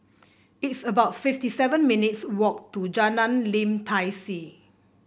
it's about fifty seven minutes' walk to Jalan Lim Tai See